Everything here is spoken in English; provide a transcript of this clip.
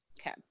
Okay